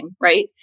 Right